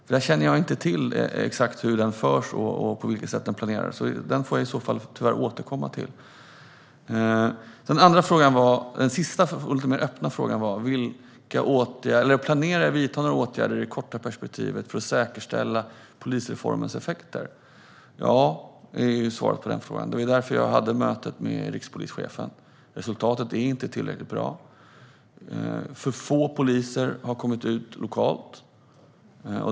Jag känner nämligen inte till exakt hur den förs och på vilket sätt den planeras, så det får jag i så fall återkomma till. Den sista, lite mer öppna, frågan var om jag planerar att vidta några åtgärder i det korta perspektivet för att säkerställa polisreformens effekter. Svaret på den frågan är ja. Det var därför jag hade mötet med rikspolischefen. Resultatet är inte tillräckligt bra; för få poliser har kommit ut lokalt.